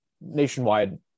nationwide